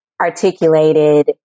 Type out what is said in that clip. articulated